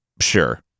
Sure